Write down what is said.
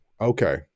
okay